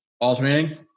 alternating